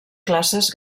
classes